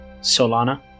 Solana